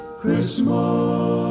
Christmas